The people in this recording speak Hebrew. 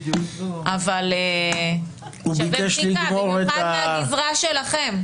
אבל שווה בדיקה, במיוחד מהגזרה שלכם.